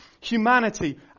humanity